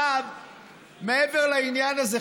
מעבר לעניין הזה,